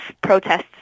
protests